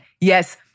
Yes